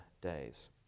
days